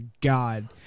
God